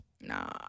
Nah